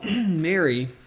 Mary